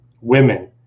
women